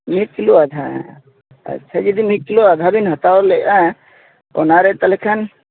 ᱢᱤᱫ ᱠᱤᱞᱳ ᱟᱫᱷᱟ ᱟᱪᱪᱷᱟ ᱢᱤᱫ ᱠᱤᱞᱳ ᱟᱫᱷᱟᱵᱮᱱ ᱦᱟᱛᱟᱣᱞᱮᱫᱼᱟ ᱚᱱᱟᱨᱮ ᱛᱟᱦᱚᱞᱮ ᱠᱷᱟᱱ